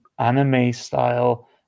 anime-style